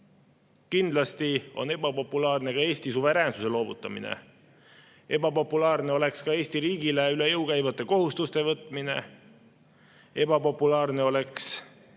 Kindlasti on ebapopulaarne ka Eesti suveräänsuse loovutamine. Ebapopulaarne oleks ka Eesti riigile üle jõu käivate kohustuste võtmine. Ebapopulaarne oleks